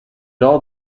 all